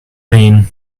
rain